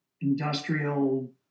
industrial